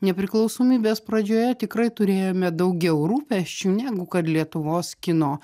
nepriklausomybės pradžioje tikrai turėjome daugiau rūpesčių negu kad lietuvos kino